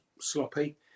sloppy